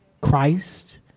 Christ